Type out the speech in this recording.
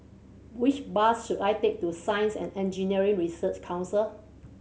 which bus should I take to Science and Engineering Research Council